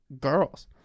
girls